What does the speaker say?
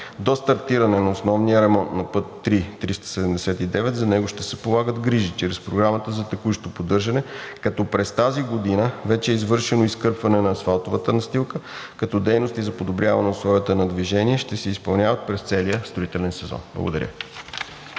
До стартиране на основния ремонт на път III-379 за него ще се полагат грижи чрез програмата за текущо поддържане. През тази година вече е извършено изкърпване на асфалтовата настилка. Дейности за подобряване условията за движение ще се изпълняват и през целия строителен сезон. Благодаря.